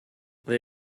they